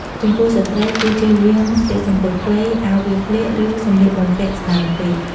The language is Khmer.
ចំពោះស្ត្រីគួរជៀសវាងស្លៀកសំពត់ខ្លី អាវវាលក្លៀក ឬសម្លៀកបំពាក់ស្តើងពេក។